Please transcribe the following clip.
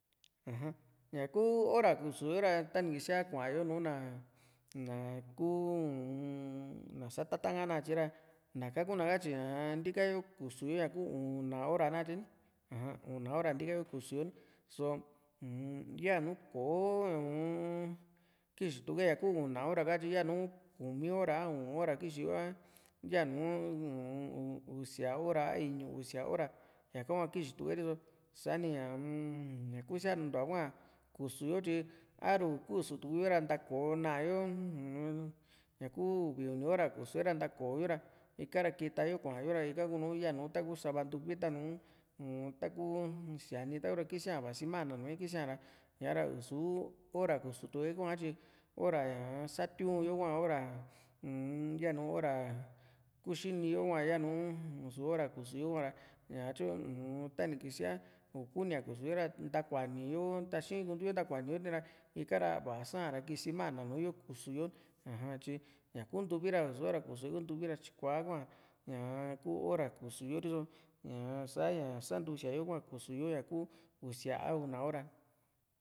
aja ña kuu hora kusu yo ta kua´yo nùù na kuu u-m na satata ka nakatye ra na´ka kuu ná katyi ntika yo kusu yo ña ku una hora nakatye ni aja una hora ntika yo kusu yo ni só u´yanu kò´o uu-n kixituku´e ñaku una hora hatyi yanu kumi hora a u´un hora kixi yo a yanu uun usia hora a iñu usia hora kixi yo a yanu u-n usia hora a iñu usia hora ñaka hua kixi tuku´e rti´so sa´ni ñaa-m ñaku siantu´a hua kusu yo tyi a´ru ikusu tuku yo ra ntako´o na´a yo uu- ñaku uvi uni hora kusu tuku´e ra ntakoyo ra ika´ra kita yo kua´yo ra ika kunu yanu taku sava ntuvi ta´nu ta´ku síani ra kisía vasi mana núu e kisía ña´ra i´su hora kusu tukué hua´a tyi hora ñaa satiu´n yo kua hora uu-m yanu hora kuxini yo hua yanu i´su hora kusu yo hua ñatyu ña tani kisía ii kunía kusu yo ra ntakuaní yo taxii´n kuntu yo ntakuani yo ni´ra va´a sa´a ra kisi mana núu yo kusu yo aja tyi ñaku ntuvi ra i´su hora kusu´e ku ntuvi ra tyiku´a hua ñaa kuu hora kusu yo riso ñaa saa nta santusia yo kuá kusuyo ña ku usia a una hora